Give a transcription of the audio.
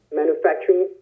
manufacturing